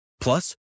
Plus